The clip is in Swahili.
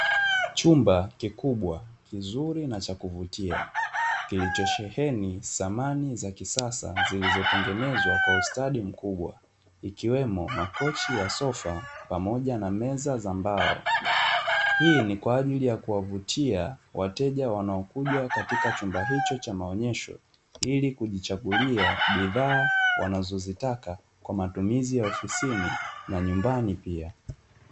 Chumba kikubwa kizuri na cha kuvutia kilichosheheni samani za kisasa zilizotengenezwa kwa ustadi mkubwa ikiwemo makochi ya sofa pamoja na meza za mbao, hii ni kwa ajili ya kuwavutia wateja wanaokuja katika chumba hicho cha maonyesho ili kujichagulia bidhaa wanazozitaka kwa matumizi ya ofisini na nyumbani pia.